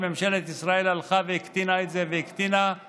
ממשלת ישראל הלכה והקטינה והקטינה את זה,